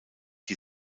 die